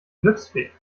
glücksfee